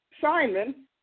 Simon